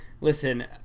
Listen